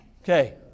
Okay